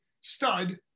stud